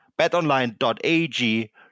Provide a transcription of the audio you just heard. betonline.ag